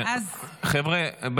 חבר'ה,